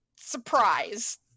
surprise